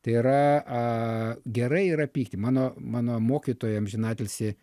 tai yra gerai yra pykti mano mano mokytoja amžinatilsį